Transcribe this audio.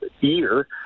year